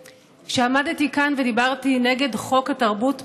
כשעמדתי כאן ודיברתי נגד חוק התרבות בנאמנות,